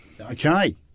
Okay